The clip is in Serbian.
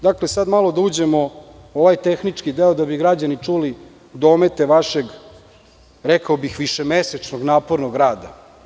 Dakle sad malo da uđemo u ovaj tehnički deo da bi građani čuli domete vašeg, rekao bih, višemesečnog napornog rada.